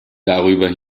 darüber